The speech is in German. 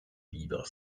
biber